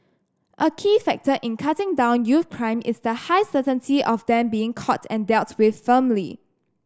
a key factor in cutting down youth crime is the high certainty of them being caught and dealt with firmly